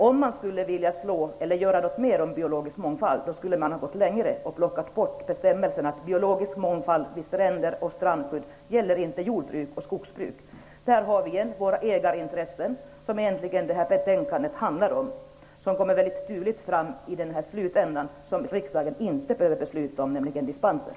Om man skulle vilja göra något mer åt biologisk mångfald då skulle man ha gått längre och plockat bort bestämmelsen att biologisk mångfald vid stränder och strandskydd inte gäller jordbruk och skogsbruk. Där har vi igen våra ägarintressen som det här betänkandet egentligen handlar om. De kommer tydligt fram i den här ändan som riksdagen inte behöver besluta om, nämligen dispenser.